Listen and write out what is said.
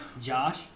Josh